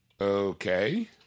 Okay